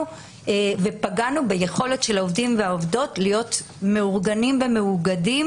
ופגענו ביכולת של העובדים והעובדות להיות מאורגנים ומאוגדים